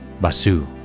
Basu